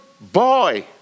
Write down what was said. boy